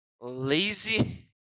Lazy